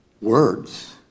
words